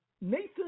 Nathan